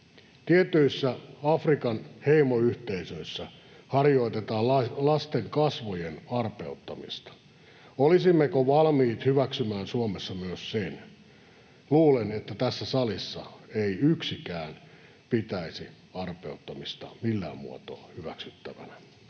Tietyissä Afrikan heimoyhteisöissä harjoitetaan lasten kasvojen arpeuttamista. Olisimmeko valmiit hyväksymään Suomessa myös sen? Luulen, että tässä salissa ei yksikään pitäisi arpeuttamista millään muotoa hyväksyttävänä.